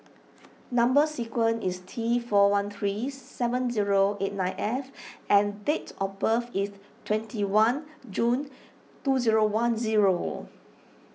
Number Sequence is T four one three seven zero eight nine F and date of birth is twenty one June two zero one zero